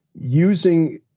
using